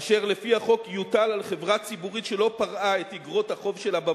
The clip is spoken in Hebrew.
אשר לפי החוק יוטל על חברה ציבורית שלא פרעה את איגרות החוב שלה במועד,